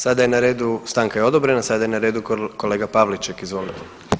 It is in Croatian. Sada je na redu, stanka je odobrena, sada je na redu kolega Pavliček, izvolite.